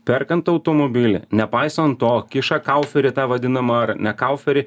perkant automobilį nepaisant to kiša kauferį tą vadinamą ar ne kauferį